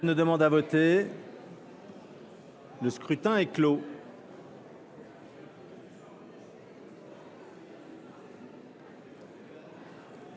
Le scrutin est clos.